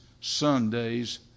Sundays